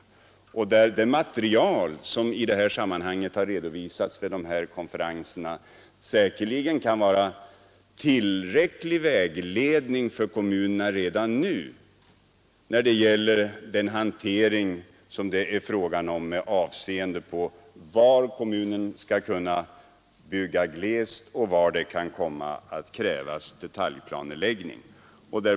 Det material som har redovisats vid de konferenserna kan säkerligen vara tillräcklig vägledning för kommunerna redan nu med avseende på var kommunen skall bygga glest och var det kan komma att krävas detaljplaneläggning.